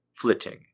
flitting